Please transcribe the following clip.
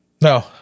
No